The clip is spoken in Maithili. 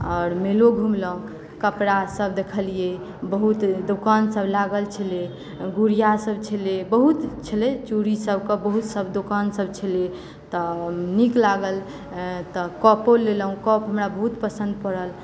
आओर मेलो घुमलहुँ कपड़ासभ देखलियै बहुत दोकानसभ लागल छलै गुड़ियासभ छलै बहुत छलै चूड़ी सभकेँ बहुतसभ दोकानसभ छलै तऽ नीक लागल तऽ कपो लेलहुँ कप बहुत हमरा पसन्द पड़ल